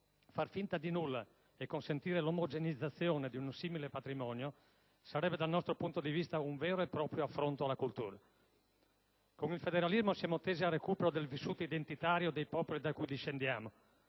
Far finta di nulla e consentire l'omogeneizzazione di un simile patrimonio sarebbe, dal nostro punto di vista, un vero e proprio affronto alla cultura. Con il federalismo siamo tesi al recupero del vissuto identitario dei popoli da cui discendiamo;